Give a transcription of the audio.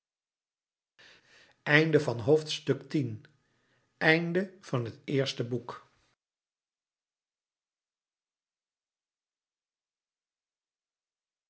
sferen van het eerste en